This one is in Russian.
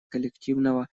коллективного